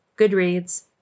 Goodreads